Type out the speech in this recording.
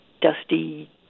dusty